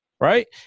Right